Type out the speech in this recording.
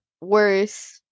worse